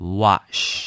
wash